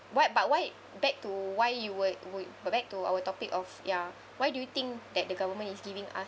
what but why back to why you were w~ go back to our topic of ya why do you think that the government is giving us